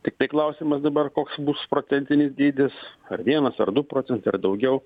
tiktai klausimas dabar koks bus procentinis dydis ar vienas ar du procentai ar daugiau